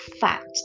fact